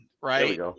right